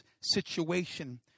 situation